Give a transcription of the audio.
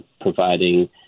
providing